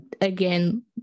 again